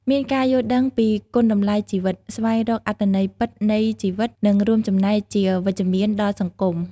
មានការយល់ដឹងពីគុណតម្លៃជីវិត ស្វែងរកអត្ថន័យពិតនៃជីវិត និងរួមចំណែកជាវិជ្ជមានដល់សង្គម។